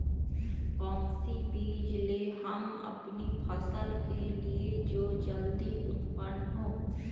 कौन सी बीज ले हम अपनी फसल के लिए जो जल्दी उत्पन हो?